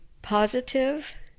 Positive